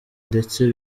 ndetse